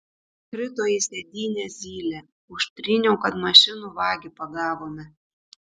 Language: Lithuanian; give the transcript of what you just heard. krito į sėdynę zylė užtryniau kad mašinų vagį pagavome